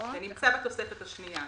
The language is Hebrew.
זה נמצא בתוספת השנייה,